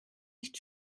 nicht